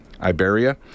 Iberia